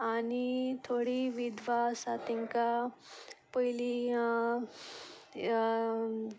आनी थोडीं विधवा आसा तांकां पयलीं